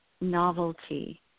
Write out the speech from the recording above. novelty